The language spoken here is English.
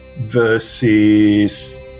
versus